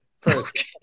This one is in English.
first